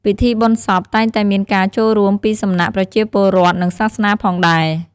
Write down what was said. ពិធីបុណ្យសពតែងតែមានការចូលរួមពីសំណាក់ប្រជាពលរដ្ឋ និងសាសនាផងដែរ។